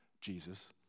Jesus